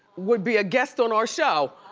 would be a guest on our show,